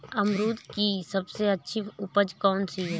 अमरूद की सबसे अच्छी उपज कौन सी है?